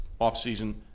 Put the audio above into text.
offseason